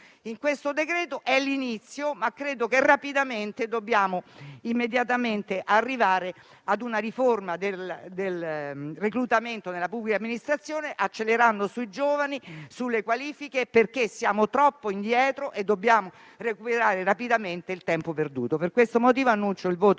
in questo decreto è l'inizio, ma credo che rapidamente dobbiamo arrivare ad una riforma del reclutamento nella pubblica amministrazione accelerando sui giovani e sulle qualifiche, perché siamo troppo indietro e dobbiamo recuperare rapidamente il tempo perduto. Per questo motivo, annuncio il voto